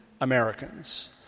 Americans